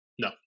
No